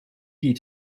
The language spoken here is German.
die